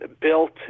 built